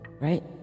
right